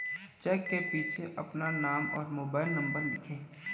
check के पीछे अपना नाम और मोबाइल नंबर लिखें